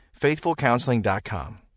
FaithfulCounseling.com